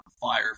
fire